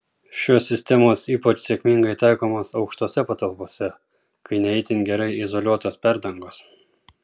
šios sistemos ypač sėkmingai taikomos aukštose patalpose kai ne itin gerai izoliuotos perdangos